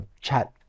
chat